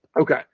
Okay